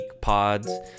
pods